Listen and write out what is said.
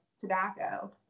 tobacco